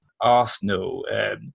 Arsenal